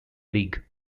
league